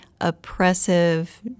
oppressive